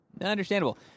Understandable